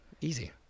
Easy